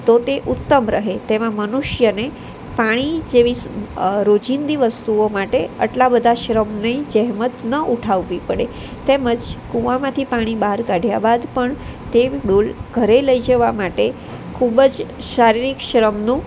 તો તે ઉત્તમ રહે તેમાં મનુષ્યને પાણી જેવી રોજીંદી વસ્તુઓ માટે આટલા બધા શ્રમની જહેમત ન ઉઠાવવી પડે તેમજ કૂવામાંથી પાણી બહાર કાઢ્યા બાદ પણ તે ડોલ ઘરે લઈ જવા માટે ખૂબ જ શારીરિક શ્રમનું